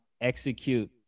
execute